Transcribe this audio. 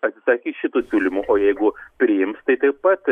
atsisakys šitų siūlymų o jeigu priims tai taip pat